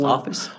Office